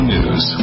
News